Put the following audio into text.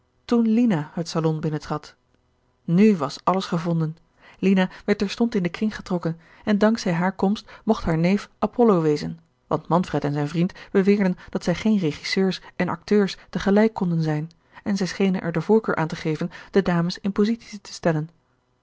toen lina het salon binnentrad nu was alles gevonden lina werd terstond in den kring getrokken en dank zij hare komst mocht haar neef apollo wezen want manfred en zijn vriend beweerden dat zij geen regisseurs en acteurs te gelijk konden zijn en zij schenen er de voorkeur aan te geven de dames in positie te stellen